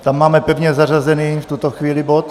Tam máme pevně zařazený, v tuto chvíli, bod.